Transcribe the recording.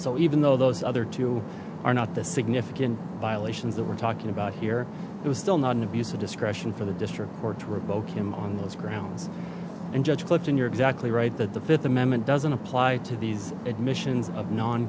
so even though those other two are not the significant violations that we're talking about here it was still not an abuse of discretion for the district court to revoke him on those grounds and judge clifton you're exactly right that the fifth amendment doesn't apply to these admissions of non